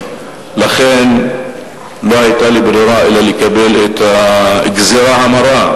לא היתה לי ברירה אלא לקבל את הגזירה המרה,